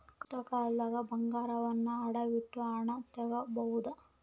ಕಷ್ಟಕಾಲ್ದಗ ಬಂಗಾರವನ್ನ ಅಡವಿಟ್ಟು ಹಣ ತೊಗೋಬಹುದು